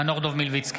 בהצבעה חנוך דב מלביצקי,